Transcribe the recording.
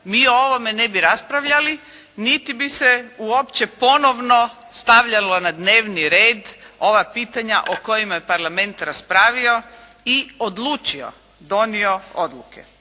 mi o ovome ne bi raspravljali, niti bi se uopće ponovno stavljalo na dnevni red ova pitanja o kojima je Parlament raspravio i odlučio, donio odluke.